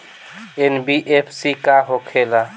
NBFC का होंखे ला?